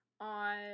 on